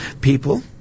People